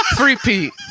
repeat